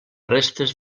restes